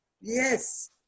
Yes